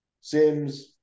Sims